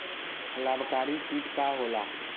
लाभकारी कीट का होला?